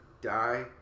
die